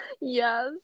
Yes